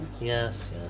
Yes